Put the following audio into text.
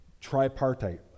tripartite